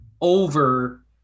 over